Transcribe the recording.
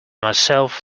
myself